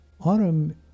Autumn